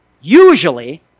Usually